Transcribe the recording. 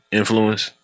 influence